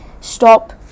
stop